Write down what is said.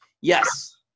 Yes